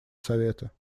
совета